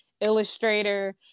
illustrator